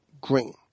green